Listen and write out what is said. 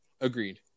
agreed